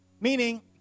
Meaning